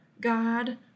God